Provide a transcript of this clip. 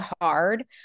hard